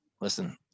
listen